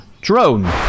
drone